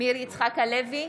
מאיר יצחק הלוי,